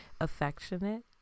Affectionate